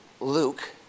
Luke